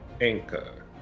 Anchor